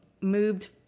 moved